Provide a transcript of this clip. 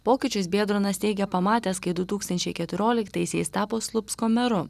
pokyčius biedronas teigia pamatęs kai du tūkstančiai keturioliktaisiais tapo slupsko meru